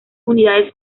unidades